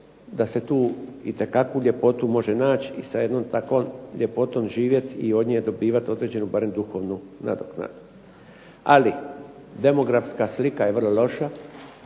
da se tu itekakvu ljepotu može naći i sa jednom takvom ljepotom živjet i od nje dobivat određenu barem duhovnu nadoknadu. Ali demografska slika je vrlo loša,